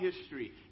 history